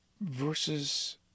versus